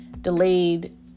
Delayed